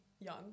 young